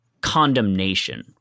condemnation